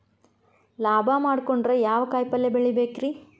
ಲಾಭ ಮಾಡಕೊಂಡ್ರ ಯಾವ ಕಾಯಿಪಲ್ಯ ಬೆಳಿಬೇಕ್ರೇ?